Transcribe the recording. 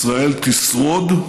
ישראל תשרוד,